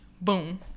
Boom